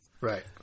Right